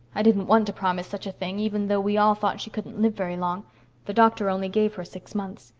i didn't want to promise such a thing, even though we all thought she couldn't live very long the doctor only gave her six months.